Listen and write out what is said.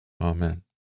Amen